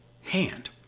hand